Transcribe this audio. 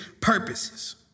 purposes